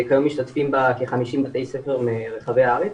כיום משתתפים בה כ-50 בתי ספר מרחבי הארץ.